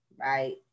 right